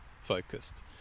focused